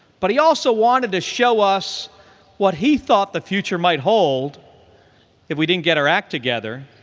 but he also wanted to show us what he thought the future might hold if we didn't get our act together